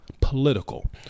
political